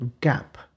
gap